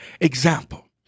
example